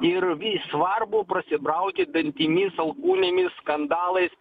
ir vis svarbu prasibrauti dantimis alkūnėmis skandalais